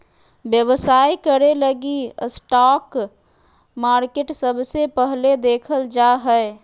व्यवसाय करे लगी स्टाक मार्केट सबसे पहले देखल जा हय